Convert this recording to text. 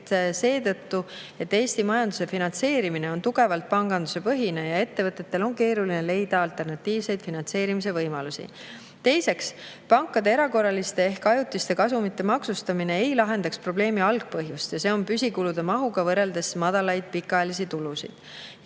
seetõttu, et Eesti majanduse finantseerimine on tugevalt pangandusepõhine ja ettevõtetel on keeruline leida alternatiivseid finantseerimise võimalusi. Teiseks, pankade erakorraliste ehk ajutiste kasumite maksustamine ei lahendaks meie probleemi algpõhjust, milleks on püsikulude mahuga võrreldes madalad pikaajalised tulud.